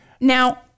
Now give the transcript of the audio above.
Now